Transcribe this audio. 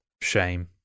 shame